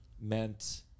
meant